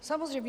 Samozřejmě.